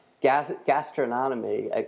gastronomy